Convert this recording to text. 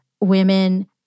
women